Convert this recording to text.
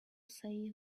say